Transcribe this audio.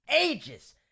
ages